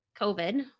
COVID